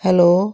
hello